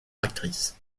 actrice